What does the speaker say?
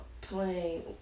playing